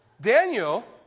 Daniel